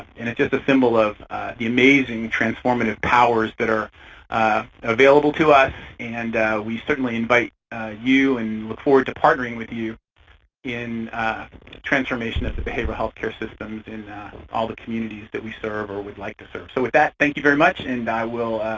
and it's just a symbol of the amazing transformative powers that are available to us. and we certainly invite you and look forward to partnering with you in transformation of the behavioral health care systems in all the communities we serve or would like to serve. so with that, thank you very much and i will